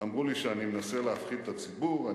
אמרו לי שאני מנסה להפחיד את הציבור.